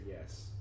yes